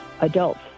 adults